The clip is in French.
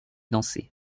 danser